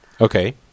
Okay